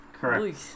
correct